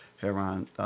Heron